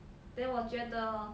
then 我觉得 hor